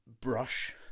brush